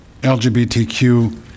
LGBTQ